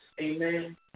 Amen